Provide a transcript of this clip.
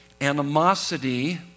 animosity